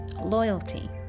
Loyalty